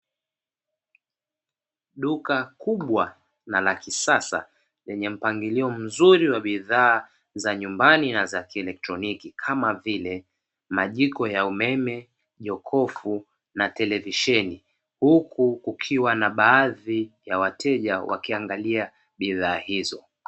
Duka kubwa na la kisasa lenye mpangilio mzuri wa bidhaa za nyumbani na za kielektroniki kama vile majiko ya umeme, jokofu na televisheni, huku kukiwa na baadhi ya wateja wakiangalia bidhaa hizo.